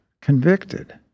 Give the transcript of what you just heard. convicted